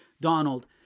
Donald